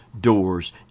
doors